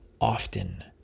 often